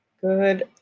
good